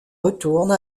retourne